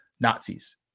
Nazis